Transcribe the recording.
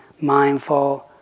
mindful